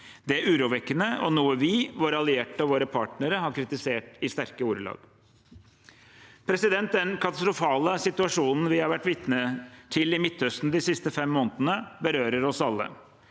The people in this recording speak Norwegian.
Det er urovekkende, og noe vi, våre allierte og våre partnere har kritisert i sterke ordelag. Den katastrofale situasjonen vi har vært vitne til i Midtøsten de siste fem månedene, berører oss alle.